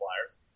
Flyers